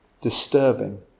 disturbing